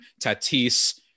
Tatis